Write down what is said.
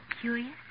curious